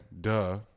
Duh